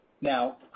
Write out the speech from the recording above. Now